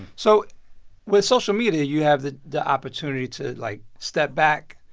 so with social media, you have the the opportunity to, like step back,